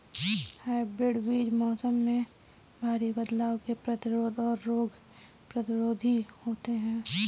hybrid बीज मौसम में भारी बदलाव के प्रतिरोधी और रोग प्रतिरोधी होते हैं